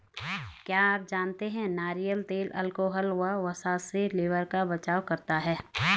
क्या आप जानते है नारियल तेल अल्कोहल व वसा से लिवर का बचाव करता है?